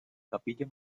capilla